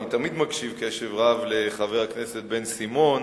אני תמיד מקשיב קשב רב לחבר הכנסת בן-סימון,